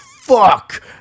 fuck